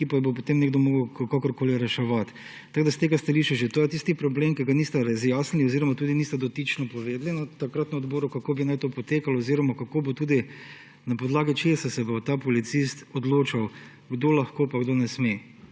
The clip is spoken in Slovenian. ki pa jih bo potem nekdo moral kakorkoli reševati. Tako je s tega stališča že to tisti problem, ki ga niste razjasnili oziroma tudi niste dotično povedali takrat na odboru, kako naj bi to potekalo oziroma na podlagi česa se bo ta policist odločal, kdo lahko pa kdo ne sme